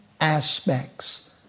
aspects